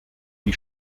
die